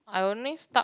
I only start